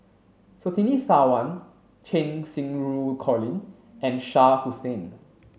Surtini Sarwan Cheng Xinru Colin and Shah Hussain